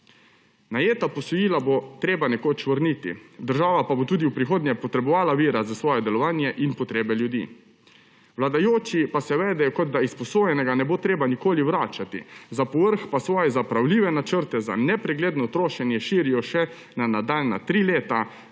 Najeta posojila bo treba nekoč vrniti, država bo tudi v prihodnje potrebovala vire za svoje delovanje in potrebe ljudi, vladajoči pa se vedejo, kot da izposojenega ne bo treba nikoli vračati, za povrh pa svoje zapravljive načrte za nepregledno trošenje širijo še na nadaljnja tri leta,